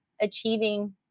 achieving